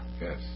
yes